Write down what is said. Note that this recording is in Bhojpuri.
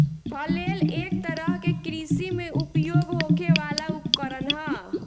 फ्लेल एक तरह के कृषि में उपयोग होखे वाला उपकरण ह